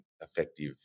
effective